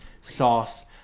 sauce